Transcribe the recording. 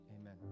Amen